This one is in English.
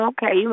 Okay